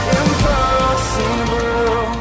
impossible